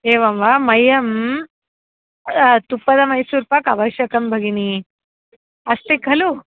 एवं वा मह्यं तुप्पदमैसूर् पाक् अवश्यकं भगिनि अस्ति खलु